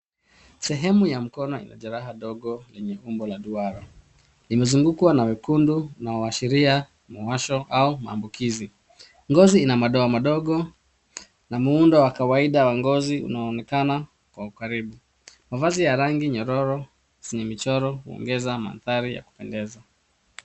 Sehemu ya mkono ina jeraha ndogo lenye umbo la duara. Limezungukwa na wekundu unaoashiria mwasho au maambukizi . Ngozi ina madoa madogo na muundo wa kawaida wa ngozi unaonekana kwa ukaribu. Mavazi ya rangi nyororo zenye michoro huongeza mandhari ya kupendeza.